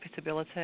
profitability